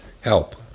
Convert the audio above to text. help